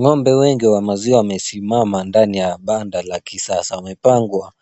Ng'ombe wengi wa maziwa wamesimama ndani ya banda la kisasa. Wamepangwa